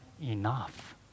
enough